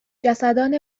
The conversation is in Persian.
جسدان